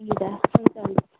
हुन्छ हुन्छ हुन्छ